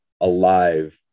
alive